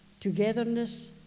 togetherness